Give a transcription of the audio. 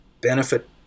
benefit